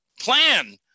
plan